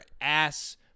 ass